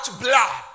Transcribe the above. blood